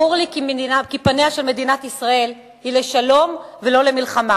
ברור לי כי פניה של מדינת ישראל לשלום ולא למלחמה,